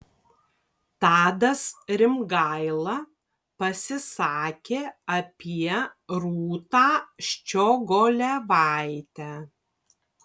tadas rimgaila pasisakė apie rūtą ščiogolevaitę